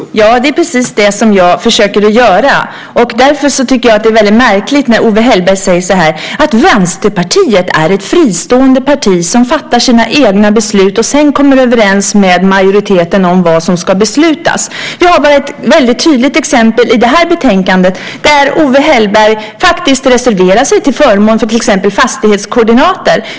Herr talman! Det är precis det jag försöker göra. Därför tycker jag att det är väldigt märkligt när Owe Hellberg säger att Vänsterpartiet är ett fristående parti som fattar sina egna beslut och sedan kommer överens med majoriteten om vad som ska beslutas. Vi har ett väldigt tydligt exempel i det här betänkandet, där Owe Hellberg faktiskt reserverar sig till förmån för till exempel fastighetskoordinater.